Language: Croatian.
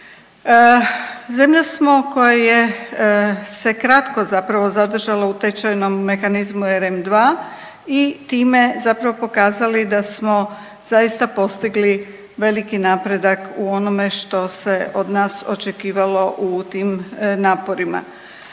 Zemlja smo koja se kratko zapravo zadržala u tečajnom mehanizmu RM2 i time zapravo pokazali da smo zaista postigli veliki napredak u onome što se od nas očekivalo u tim naporima.